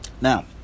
now